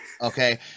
Okay